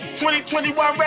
2021